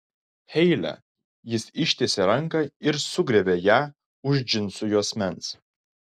heile jis ištiesė ranką ir sugriebė ją už džinsų juosmens